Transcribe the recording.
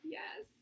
yes